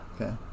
Okay